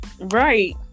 Right